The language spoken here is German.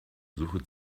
suche